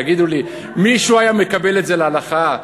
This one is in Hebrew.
תגידו לי, מישהו היה מקבל את זה להלכה?